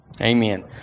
Amen